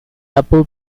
apple